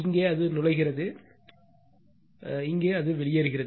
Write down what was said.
இங்கே அது நுழைகிறது இங்கே அது வெளியேறுகிறது